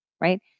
right